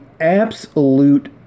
absolute